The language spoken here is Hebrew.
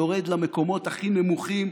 יורד למקומות הכי נמוכים,